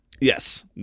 Yes